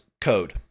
code